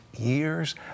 years